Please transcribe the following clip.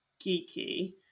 geeky